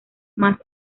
más